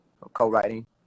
Co-writing